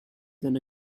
than